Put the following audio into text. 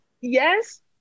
Yes